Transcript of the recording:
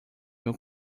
meu